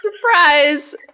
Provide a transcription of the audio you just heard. Surprise